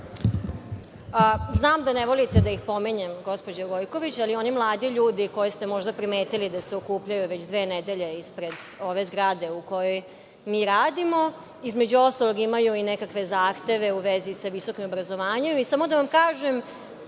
Znam da ne volite da ih pominjem, gospođo Gojković, ali oni mladi ljudi, koje ste možda primetili da se okupljaju već dve nedelje ispred ove zgrade u kojoj mi radimo, između ostalog imaju i nekakve zahteve u vezi sa visokim obrazovanjem. Samo da vam kažem